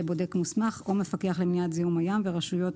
בודק מוסמך או מפקח למניעת זיהום הים ורשויות